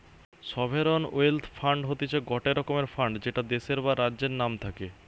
sovereign wealth fund হতিছে গটে রকমের ফান্ড যেটা দেশের বা রাজ্যের নাম থাকে